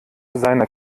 seiner